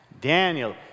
Daniel